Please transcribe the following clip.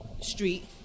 street